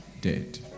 Dead